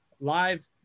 live